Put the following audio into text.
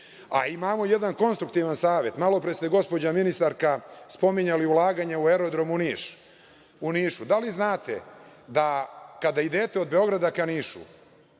briše. Imamo jedan konstruktivan savet. Malopre ste, gospođo ministarka, spominjali ulaganje u aerodrom u Nišu. Da li znate da, kada idete od Beograda ka Nišu,